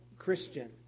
Christian